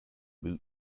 boot